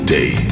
Day